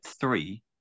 three